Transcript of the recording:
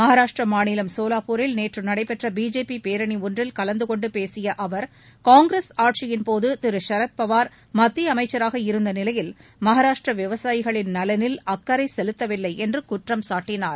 மகாராஷ்டிர மாநிலம் சோலாப்பூரில் நேற்று நடைபெற்ற பிஜேபி பேரணி ஒன்றில் கலந்து கொண்டு பேசிய அவர் காங்கிரஸ் ஆட்சியின்போது திரு ஷரத் பவார் மத்திய அமைச்சராக இருந்த நிலையில் மகாராஷ்டிர விவசாயிகளின் நலனில் அக்கறை செலுத்தவில்லை என்று குற்றம் சாட்டினார்